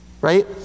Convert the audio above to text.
right